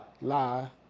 lie